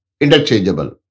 interchangeable